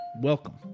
Welcome